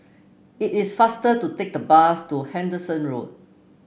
it is faster to take the bus to Anderson Road